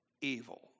evil